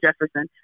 Jefferson